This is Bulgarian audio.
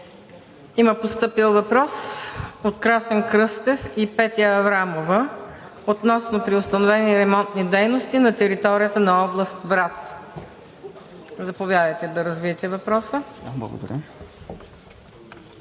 Има постъпил въпрос от Красен Кръстев и Петя Аврамова относно преустановени ремонтни дейности на територията на област Враца. Заповядайте да развиете въпроса. КРАСЕН